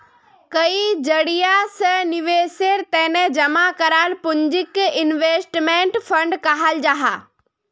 कई जरिया से निवेशेर तने जमा कराल पूंजीक इन्वेस्टमेंट फण्ड कहाल जाहां